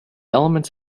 elements